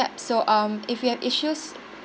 so um if you have issues